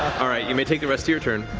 all right, you may take the rest of your turn.